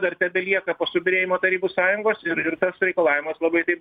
dar tebelieka po subyrėjimo tarybų sąjungos ir ir tas reikalavimas labai taip